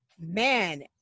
Man